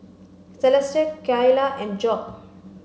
Celeste Kylah and Jobe